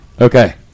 Okay